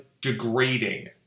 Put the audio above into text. degrading